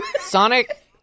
Sonic